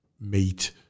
meet